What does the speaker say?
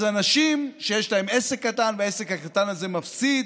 אז אנשים שיש להם עסק קטן והעסק הקטן הזה מפסיד,